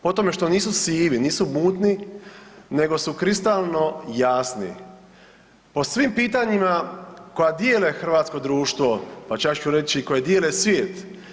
Po tome što nisu sivi, nisu mutni, nego su kristalno jasni o svim pitanjima koja dijele hrvatsko društvo, pa čak ću reći i koja dijele svijet.